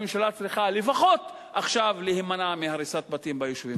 הממשלה צריכה לפחות עכשיו להימנע מהריסת בתים ביישובים האלה.